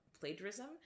plagiarism